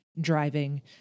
driving